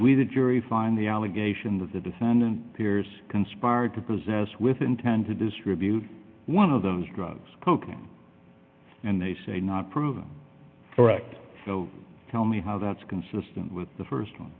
we the jury find the allegation that the defendant peers conspired to possess with intent to distribute one of those drugs cocaine and they say not proven correct tell me how that's consistent with the st one